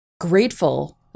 grateful